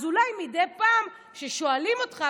אז אולי מדי פעם כששואלים אותך,